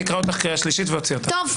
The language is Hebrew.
אני אקרא אותך לקריאה שלישית ואוציא אותך.